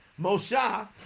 Moshe